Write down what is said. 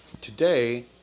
today